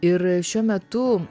ir šiuo metu